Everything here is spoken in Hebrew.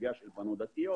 בסוגיה של בנות דתיות